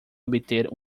obter